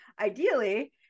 Ideally